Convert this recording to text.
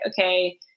okay